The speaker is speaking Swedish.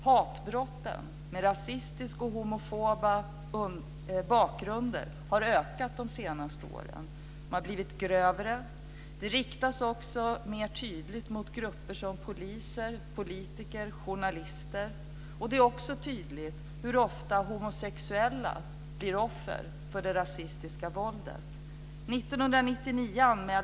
Hatbrotten med rasistiska och homfoba bakgrunder har ökat de senaste åren. De har blivit grövre, och de riktas också mer tydligt mot grupper som poliser, politiker, journalister. Det är också tydligt hur ofta homosexuella blir offer för det rasistiska våldet.